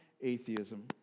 atheism